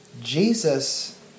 Jesus